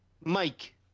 Mike